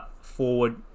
forward